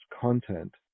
content